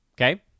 Okay